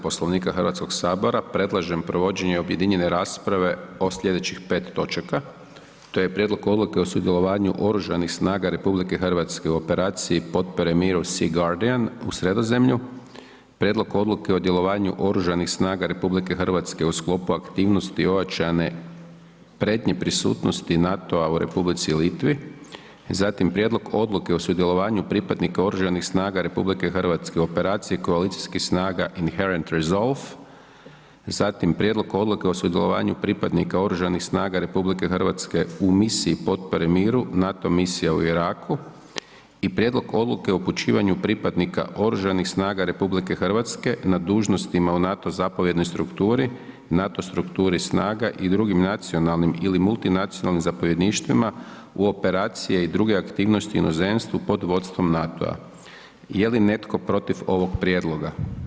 Poslovnika Hrvatskog sabora predlažem provođenje objedinjene rasprave o sljedećih 5 točaka, to je: - Prijedlog odluke o sudjelovanju Oružanih snaga Republike Hrvatske u Operaciji potpore miru „SEA GUARDIAN“ u Sredozemlju - Prijedlog odluke o sudjelovanju Oružanih snaga Republike Hrvatske u sklopu aktivnosti ojačane prednje prisutnosti NATO-a u Republici Litvi - Prijedlog odluke o sudjelovanju pripadnika Oružanih snaga Republike Hrvatske u Operaciji koalicijskih snaga „INHERENT RESOLVE“ - Prijedlog odluke o sudjelovanju pripadnika Oružanih snaga Republike Hrvatske u Misiji potpore miru „NATO MISIJI U IRAKU“ - Prijedlog odluke upućivanju pripadnika Oružanih snaga Republike Hrvatske na dužnostima u NATO zapovjednoj strukturi, NATO strukturi snaga i drugim nacionalnim (multinacionalnim) zapovjedništvima u operacije i druge aktivnosti u inozemstvu pod vodstvom NATO-a Je li netko protiv ovog prijedloga?